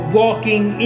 walking